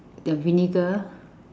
the vinegar